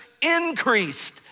increased